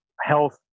health